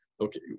okay